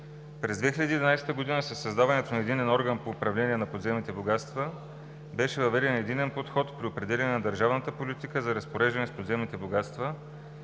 През 2011 г. със създаването на единен орган по управление на подземните богатства беше въведен единен подход при определяне на държавната политика за разпореждане с подземните богатства,